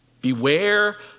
Beware